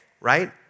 right